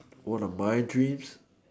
what are my dreams